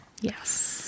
Yes